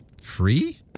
Free